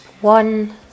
One